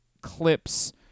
clips